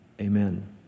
Amen